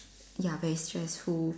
ya very stressful